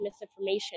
misinformation